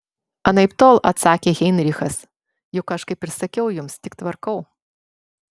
anaiptol atsakė heinrichas juk aš kaip ir sakiau jums tik tvarkau